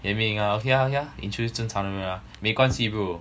eh mean it ah okay ah okay ah introduce you 正常的 ah 没关系 bro